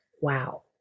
wow